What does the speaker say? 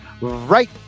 right